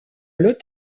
lot